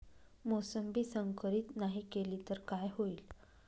मोसंबी संकरित नाही केली तर काय होईल?